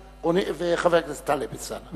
חבר הכנסת טלב אלסאנע.